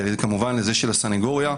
וכמובן לזה של הסנגוריה.